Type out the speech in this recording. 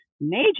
major